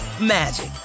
magic